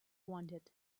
wanted